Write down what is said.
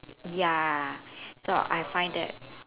ya so I find that